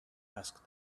asked